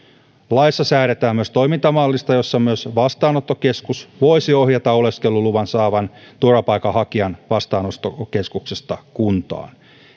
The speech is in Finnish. laissa säädetään myös toimintamallista jossa myös vastaanottokeskus voisi ohjata oleskeluluvan saavan turvapaikanhakijan vastaanottokeskuksesta kuntaan